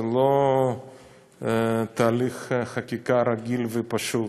זה לא תהליך חקיקה רגיל ופשוט.